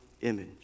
image